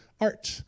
art